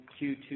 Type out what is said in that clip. Q2